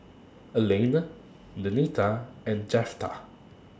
Elaine Denita and Jeptha